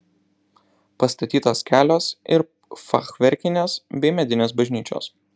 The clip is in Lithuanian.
pastatytos kelios ir fachverkinės bei medinės bažnyčios